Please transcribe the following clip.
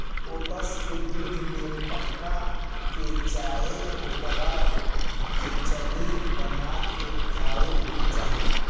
oats के दूध में पका के चाहे ओकर खिचड़ी बना के खाए के चाही